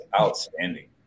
outstanding